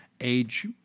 Age